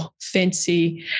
fancy